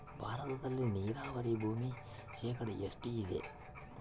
ಭಾರತದಲ್ಲಿ ನೇರಾವರಿ ಭೂಮಿ ಶೇಕಡ ಎಷ್ಟು ಇದೆ?